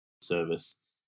service